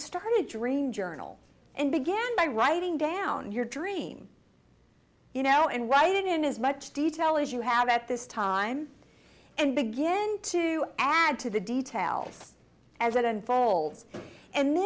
start a dream journal and began by writing down your dream you know and write it in as much detail as you have at this time and begin to add to the details as it unfolds and the